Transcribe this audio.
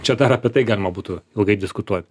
čia dar apie tai galima būtų ilgai diskutuot